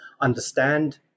understand